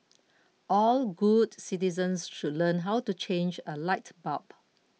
all good citizens should learn how to change a light bulb